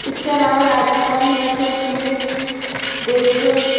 इसके अलावा राजस्थानी हस्तशिल्प चीज़ें देशों